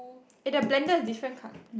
eh the blender is different col~